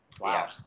wow